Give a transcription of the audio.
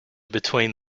between